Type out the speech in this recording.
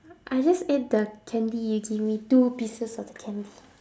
I just ate the candy you gave me two pieces of candy